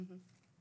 כן.